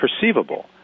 perceivable